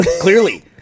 Clearly